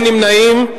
אין נמנעים,